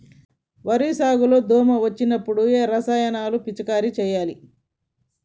వరి సాగు లో దోమ వచ్చినప్పుడు ఏ రసాయనాలు పిచికారీ చేయాలి?